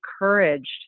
encouraged